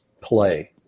play